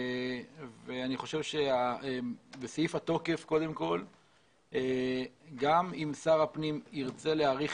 ואני חושב שבסעיף התוקף גם אם שר הפנים ירצה להאריך